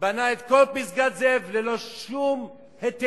בנה את כל פסגת-זאב ללא שום היתרים.